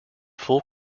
full